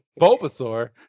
Bulbasaur